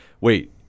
wait